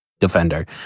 Defender